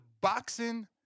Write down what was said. boxing